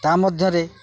ତା ମଧ୍ୟରେ